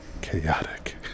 Chaotic